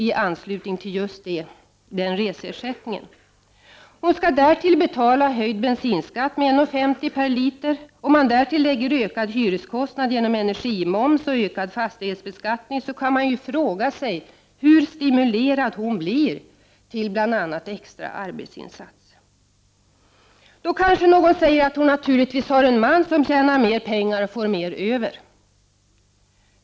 i anslutning till just reseersättningen. Hon skall därtill betala höjd bensinskatt med 1:50 kr. per liter. Om man därtill lägger ökad hyreskostnad genom energimoms och ökad fastighetsbeskattning, kan man ju fråga sig hur stimulerad hon blir till bl.a. extra arbetsinsats. Då kanske någon säger att hon naturligtvis har en man som tjänar mer pengar och får mer över.